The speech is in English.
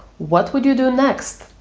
what would you do next?